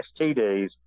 STDs